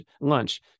Lunch